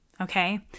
Okay